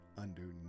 underneath